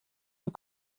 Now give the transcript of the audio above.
für